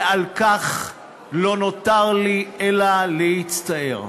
ועל כך לא נותר לי אלא להצטער.